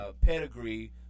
Pedigree